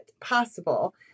possible